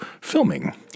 filming